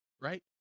right